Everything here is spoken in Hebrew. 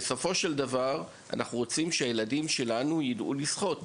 שבסופו של דבר הילדים שלנו ידעו לשחות.